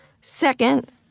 Second